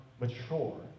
mature